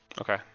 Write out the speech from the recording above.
Okay